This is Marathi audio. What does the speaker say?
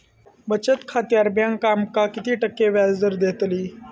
बचत खात्यार बँक आमका किती टक्के व्याजदर देतली?